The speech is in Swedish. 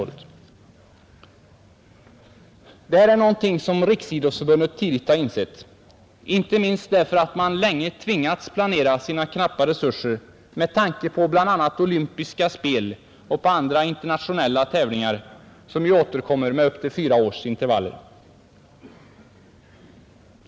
Detta är någonting som Riksidrottsförbundet tidigt insett, inte minst därför att man sedan länge tvingats planera sina knappa resurser med tanke på t.ex. Olympiska spel och andra internationella tävlingar som ju återkommer med upp till fyra års intervall.